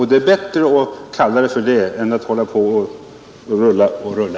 Det är bättre att också kalla det för handlingsberedskap än att hålla på att rulla och rulla.